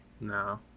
No